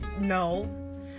no